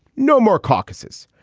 no more caucuses,